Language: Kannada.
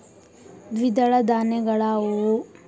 ದ್ವಿದಳ ಧಾನ್ಯಗಳಾವುವು?